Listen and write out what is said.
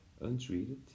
Untreated